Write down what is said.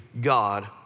God